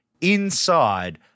inside